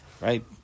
right